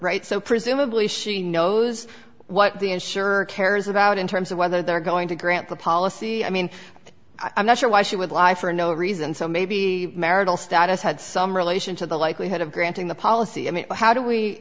right so presumably she knows what the insurer cares about in terms of whether they're going to grant the policy i mean i'm not sure why she would lie for no reason so maybe marital status had some relation to the likelihood of granting the policy i mean how